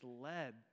led